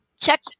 check